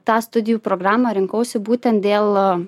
tą studijų programą rinkausi būtent dėl